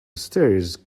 stairs